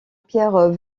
pierre